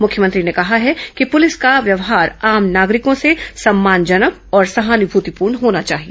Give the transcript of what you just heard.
मुख्यमंत्री ने कहा है कि पुलिस का व्यवहार आम नागरिकों से सम्मानजनक और सहानुभूतिपूर्ण होना चाहिए